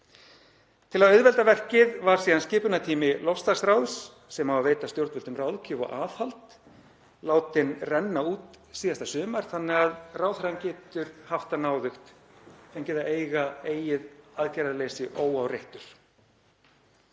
Til að auðvelda verkið var síðan skipunartími loftslagsráðs, sem á að veita stjórnvöldum ráðgjöf og aðhald, látinn renna út síðasta sumar þannig að ráðherrann getur haft það náðugt og fengið að eiga eigið aðgerðaleysi óáreittur.